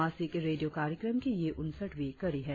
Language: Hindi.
मासिक रेडियों कार्यक्रम की ये उनसठवीं कड़ी है